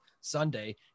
Sunday